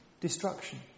destruction